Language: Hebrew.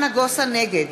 נגד